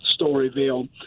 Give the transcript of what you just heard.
Storyville